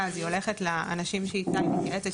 אז היא הולכת לאנשים שאיתם היא מתייעצת,